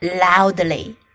loudly